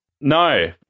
No